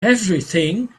everything